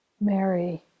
Mary